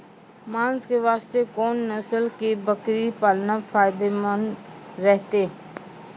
मांस के वास्ते कोंन नस्ल के बकरी पालना फायदे मंद रहतै?